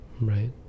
Right